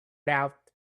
doubt